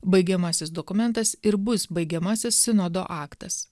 baigiamasis dokumentas ir bus baigiamasis sinodo aktas